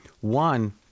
One